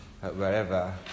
wherever